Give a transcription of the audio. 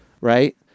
right